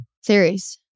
Series